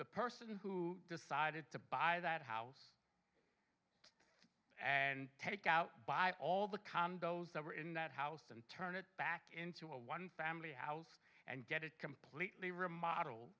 the person who decided to buy that house and take out buy all the condos that were in that house and turn it back into a one family house and get it completely remodel